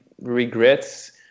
regrets